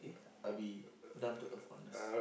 I'll be down to earth honest